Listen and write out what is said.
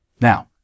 now